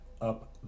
up